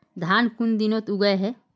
धान कुन दिनोत उगैहे